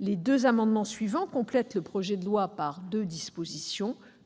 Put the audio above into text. Les deux amendements suivants complètent le projet de loi par deux dispositions